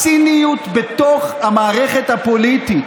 הציניות בתוך המערכת הפוליטית,